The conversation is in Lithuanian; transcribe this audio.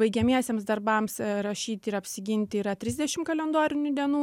baigiamiesiems darbams rašyti ir apsiginti yra trisdešimt kalendorinių dienų